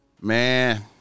Man